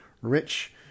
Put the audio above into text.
rich